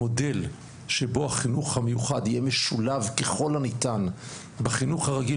המודל שבו החינוך המיוחד יהיה משולב ככל הניתן בחינוך הרגיל,